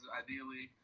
ideally